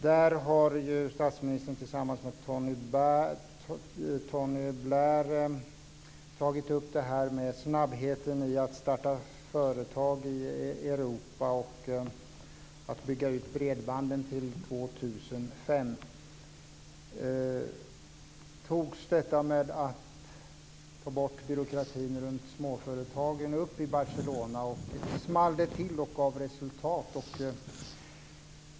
Där har statsministern tillsammans med Tony Blair tagit upp snabbheten i att starta företag i Europa och att bygga ut bredbanden till 2005. Togs frågan att ta bort byråkratin för småföretagen upp i Barcelona, och small det till och gav resultat?